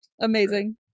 Amazing